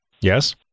yes